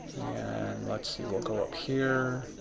and let's see we'll go up here.